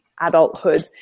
adulthood